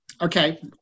Okay